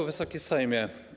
Wysoki Sejmie!